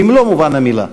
במלוא מובן המילה.